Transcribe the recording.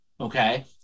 Okay